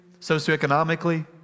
socioeconomically